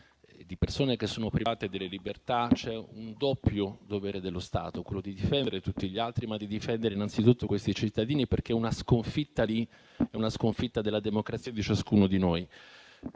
persone che sono private della libertà, c'è un doppio dovere da parte dello Stato stesso: quello di difendere tutti gli altri e quello di difendere innanzitutto questi cittadini, perché una sconfitta lì è una sconfitta della democrazia e di ciascuno di noi.